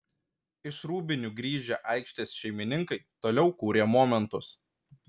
iš rūbinių grįžę aikštės šeimininkai toliau kūrė momentus